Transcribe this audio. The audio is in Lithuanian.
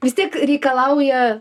vis tiek reikalauja